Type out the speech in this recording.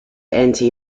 anti